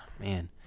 Man